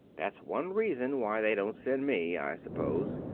that's one reason why they didn't send me, i suppose.